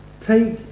take